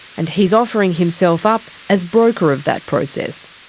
and he's offering himself up as broker of that process.